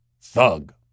thug